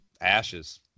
ashes